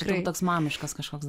tikrai toks mamiškas kažkoks dar